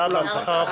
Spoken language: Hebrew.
תודה רבה.